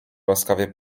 łaskawie